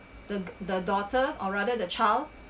the the daughter or rather the child